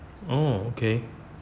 oh okay